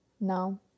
No